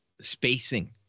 Spacing